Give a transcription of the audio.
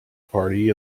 party